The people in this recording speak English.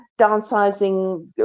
downsizing